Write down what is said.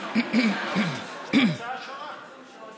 היא הצעה שונה.